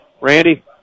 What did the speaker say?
Randy